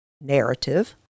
narrative